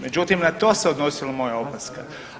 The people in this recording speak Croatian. Međutim, na to se odnosila moja opaska.